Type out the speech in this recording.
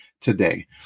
today